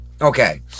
Okay